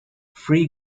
free